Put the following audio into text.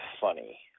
funny